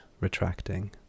retracting